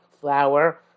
flour